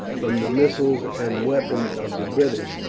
from the missiles and weapons of the british,